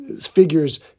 figures